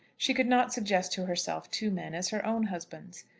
she could not suggest to herself two men as her own husbands.